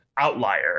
outlier